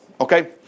okay